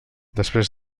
després